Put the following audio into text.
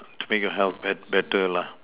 to make your health better lah